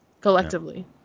collectively